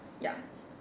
ya